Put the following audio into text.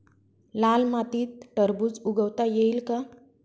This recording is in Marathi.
लाल मातीत टरबूज उगवता येईल का?